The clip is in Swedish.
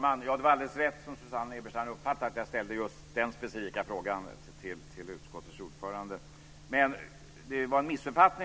Fru talman! Jag ber om ursäkt.